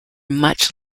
much